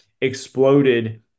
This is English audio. exploded